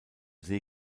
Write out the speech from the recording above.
see